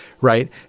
right